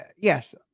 yes